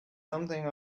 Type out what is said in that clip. something